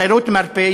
תיירות מרפא,